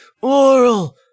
oral